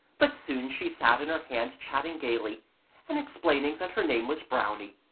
but soon she sat in her hand chatting gaily and explaining that her name was brownie,